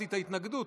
ההתנגדות.